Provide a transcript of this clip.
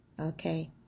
Okay